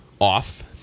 off